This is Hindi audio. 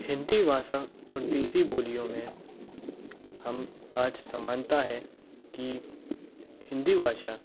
हिन्दी भाषा और देसी बोलियों में हम आज समानता है कि हिन्दी भाषा